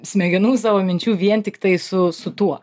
smegenų savo minčių vien tiktai su su tuo